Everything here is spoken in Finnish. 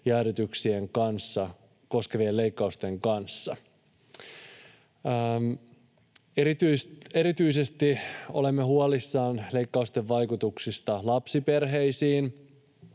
näitten indeksijäädytyksien kanssa. Erityisesti olemme huolissamme leikkausten vaikutuksista lapsiperheisiin.